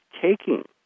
taking